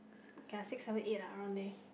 K lah six seven eight around there